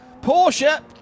Porsche